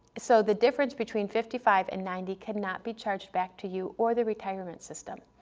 so the difference between fifty five and ninety cannot be charged back to you or the retirement system.